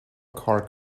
car